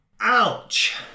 ouch